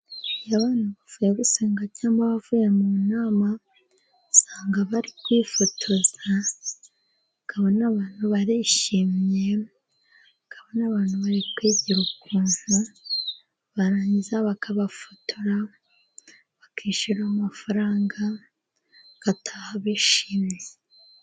Iyo abantu bavuye gusenga cyangwa bavuye mu nama, usanga bari kwifotoza, ukabona abantu barishimye, ukabona abantu bari kwigira ukuntu, barangiza bakabafotora, bakishyura amafaranga bagataha bishimye.